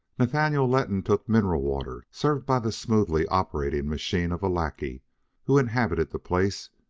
nathaniel letton took mineral water served by the smoothly operating machine of a lackey who inhabited the place,